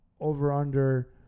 over-under